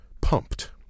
pumped